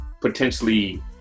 potentially